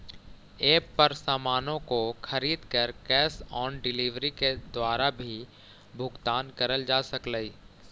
app पर सामानों को खरीद कर कैश ऑन डिलीवरी के द्वारा भी भुगतान करल जा सकलई